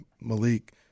Malik